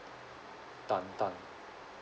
tan tan